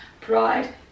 pride